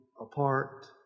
apart